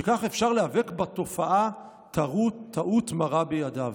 שכך אפשר להיאבק בתופעה, טעות מרה בידיו".